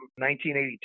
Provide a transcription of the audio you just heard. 1982